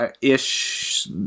ish